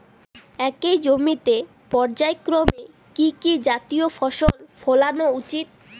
একই জমিতে পর্যায়ক্রমে কি কি জাতীয় ফসল ফলানো উচিৎ?